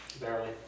Barely